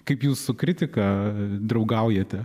kaip jūs su kritika draugaujate